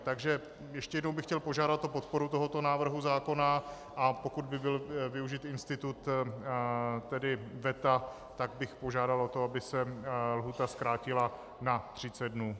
Takže ještě jednou bych chtěl požádat o podporu tohoto návrhu zákona, a pokud by byl využit institut veta, tak požádal o to, aby se lhůta zkrátila na 30 dnů.